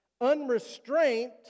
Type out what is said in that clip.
unrestrained